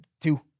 Two